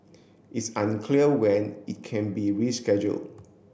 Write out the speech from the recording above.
it's unclear when it can be rescheduled